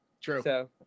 True